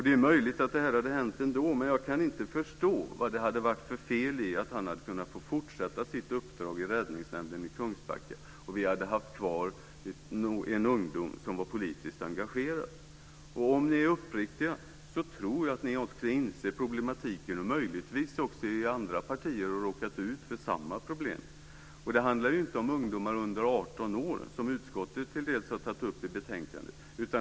Det är möjligt att det här hade hänt ändå, men jag kan inte förstå vad det hade varit för fel i att han hade fått fortsätta sitt uppdrag i räddningsnämnden i Kungsbacka och vi hade haft kvar en ung människa som var politiskt engagerad. Om ni är uppriktiga tror jag att ni också inser problematiken, möjligtvis har ni också i andra partier råkat ut för samma problem. Det handlar inte om ungdomar under 18 år, som utskottet till dels har tagit upp i betänkandet.